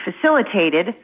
facilitated